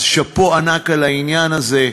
אז שאפו ענק על העניין הזה,